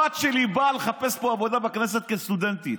הבת שלי באה לחפש פה עבודה בכנסת כסטודנטית.